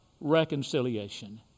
reconciliation